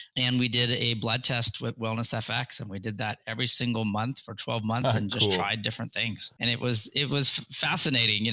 and we did a blood test with wellnessfx, and we did that every single month for twelve months and just tried different things. and it was it was fascinating. and